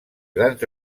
grans